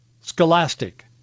Scholastic